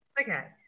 Okay